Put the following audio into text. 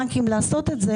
לעשות מעשה?